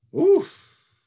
oof